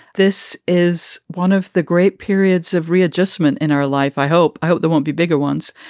this is one of the great periods of readjustment in our life. i hope i hope there won't be bigger ones.